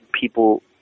people